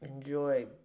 Enjoy